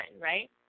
right